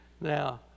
now